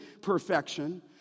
perfection